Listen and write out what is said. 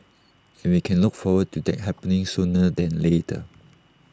and we can look forward to that happening sooner than later